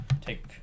take